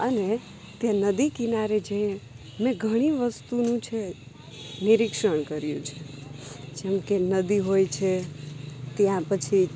અને તે નદીકિનારે જઈને મેં ઘણી વસ્તુનું છે નિરીક્ષણ કર્યું છે જેમકે નદી હોય છે ત્યાં પછી